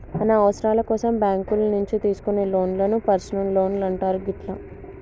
మన అవసరాల కోసం బ్యేంకుల నుంచి తీసుకునే లోన్లను పర్సనల్ లోన్లు అంటారు గిట్లా